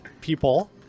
people